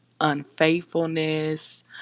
unfaithfulness